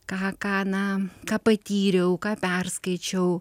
ką ką na ką patyriau ką perskaičiau